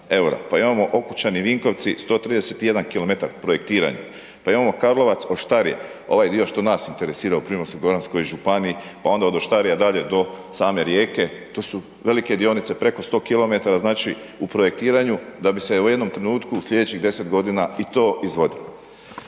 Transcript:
pa imamo Okučani-Vinkovci 131 km projektiranje, pa imamo Karlovac-Oštari, ovaj dio što nas interesira u Primorsko-goranskoj županiji, pa onda od Oštarija dalje do same Rijeke, to su velike dionice, preko 100 km, znači u projektiranju da bi se u jednom trenutku slijedećih 10.g. i to izvodilo.